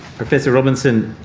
professor robinson,